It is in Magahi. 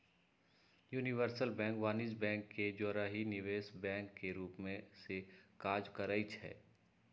यूनिवर्सल बैंक वाणिज्यिक बैंक के जौरही निवेश बैंक के रूप में सेहो काज करइ छै